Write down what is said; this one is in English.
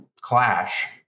clash